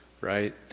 right